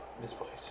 misplaced